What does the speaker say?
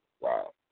Wow